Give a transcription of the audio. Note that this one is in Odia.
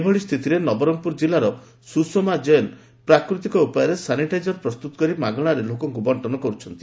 ଏଭଳି ସ୍ଥିତିରେ ନବରଙ୍ଙପୁର ଜିଲ୍ଲାର ସୁଷମା ଜୈନ ପ୍ରାକୃତିକ ଉପାୟରେ ସାନିଟାଇଜର ପ୍ରସ୍ତୁତ କରି ମାଗଶାରେ ଲୋକଙ୍ଙୁ ବଙ୍ଙନ କରୁଛନ୍ତି